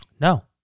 No